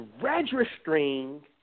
registering